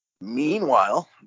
Meanwhile